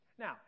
Now